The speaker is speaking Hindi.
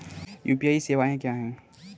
यू.पी.आई सवायें क्या हैं?